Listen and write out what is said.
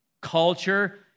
culture